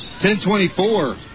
10-24